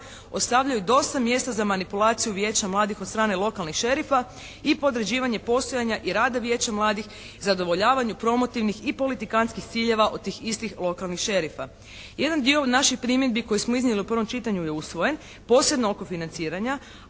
ostavljaju dosta mjesta za manipulaciju Vijeća mladih od strane lokalnih šerifa i podređivanje postojanja i rada Vijeća mladih, zadovoljavanju promotivnih i politikantskih ciljeva od tih istih lokalnih šerifa. Jedan dio naših primjedbi koje smo iznijeli u prvom čitanju je usvojen posebno oko financiranja,